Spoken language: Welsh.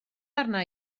arna